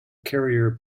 carrier